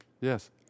Yes